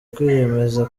kwiyemeza